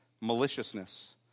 maliciousness